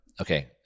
Okay